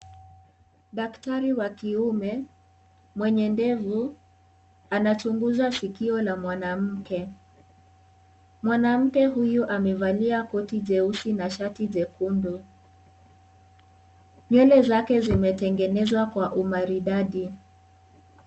Daktari wa kiume, mwenye ndevu, anachunguza sikio la mwanamke, mwanamke huyu amevalia koti jeusi na shati jekundu, nywele zake zimetengenezwa kwa umaridadi.